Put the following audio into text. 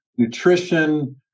nutrition